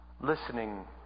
listening